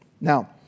Now